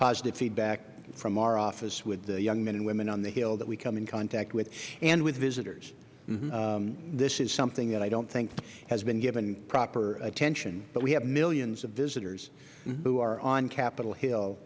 positive feedback from our office and with the young men and women on the hill who we come in contact with and with visitors this is something that i don't think has been given proper attention but we have millions of visitors who are on capitol hill